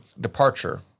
departure